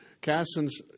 Casson's